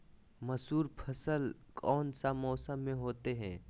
मसूर फसल कौन सा मौसम में होते हैं?